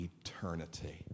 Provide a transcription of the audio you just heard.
eternity